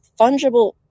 fungible